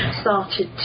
started